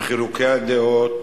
וחילוקי הדעות